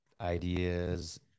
ideas